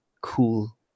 cool